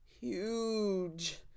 huge